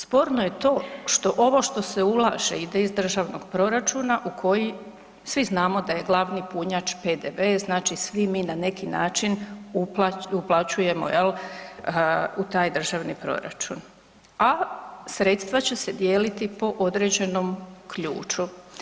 Sporno je to što ovo što se ulaže ide iz državnog proračuna u koji svi znamo da je glavni punjač PDV, znači svi mi na neki način uplaćujemo jel u taj državni proračun, a sredstva će se dijeliti po određenom ključu.